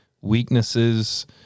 weaknesses